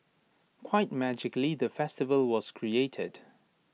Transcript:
quite magically the festival was created